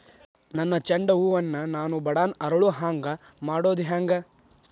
ನನ್ನ ಚಂಡ ಹೂ ಅನ್ನ ನಾನು ಬಡಾನ್ ಅರಳು ಹಾಂಗ ಮಾಡೋದು ಹ್ಯಾಂಗ್?